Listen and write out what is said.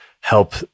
help